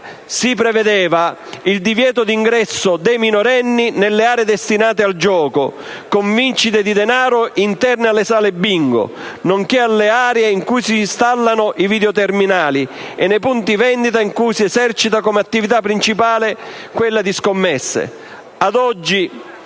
si prevedeva inoltre il divieto d'ingresso per i minorenni nelle aree destinate al gioco con vincite di denaro interne alle sale Bingo, nonché alle aree in cui si installano i videoterminali e nei punti vendita dove si esercita come attività principale quella di scommessa.